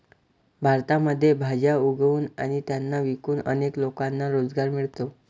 भारतामध्ये भाज्या उगवून आणि त्यांना विकून अनेक लोकांना रोजगार मिळतो